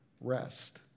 rest